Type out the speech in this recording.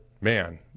man